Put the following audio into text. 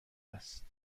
است